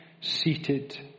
seated